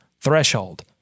threshold